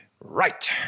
Right